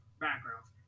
backgrounds